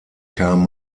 kam